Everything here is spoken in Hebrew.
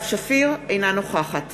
אינה נוכחת